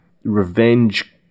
revenge